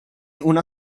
una